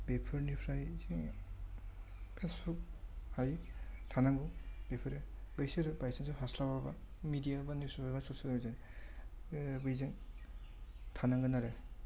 बेफोरनिफ्राय जोङो सब हायो थानांगौ बेफोरो बैसोरो बायचान्स हास्लाबाब्ला मिडिया एबा निउसफोर एबा ससियेलजों बैजों थानांगोन आरो